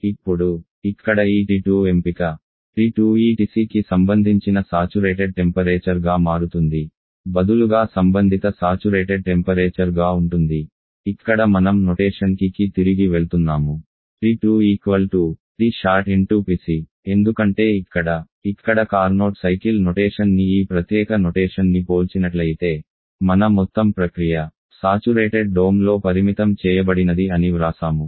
ఇప్పుడు ఇక్కడ ఈ T2 ఎంపిక T2 ఈ TCకి సంబంధించిన సాచురేటెడ్ టెంపరేచర్ గా మారుతుంది బదులుగా సంబంధిత సాచురేటెడ్ టెంపరేచర్ గా ఉంటుంది ఇక్కడ మనం నొటేషన్ కి కి తిరిగి వెళ్తున్నాము T2 Tsat ఎందుకంటే ఇక్కడ ఇక్కడ కార్నోట్ సైకిల్ నొటేషన్ ని ఈ ప్రత్యేక నొటేషన్ ని పోల్చినట్లయితే మన మొత్తం ప్రక్రియ సాచురేటెడ్ డోమ్ లో పరిమితం చేయబడినది అని వ్రాసాము